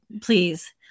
please